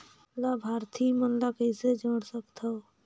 लाभार्थी मन ल कइसे जोड़ सकथव?